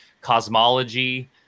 cosmology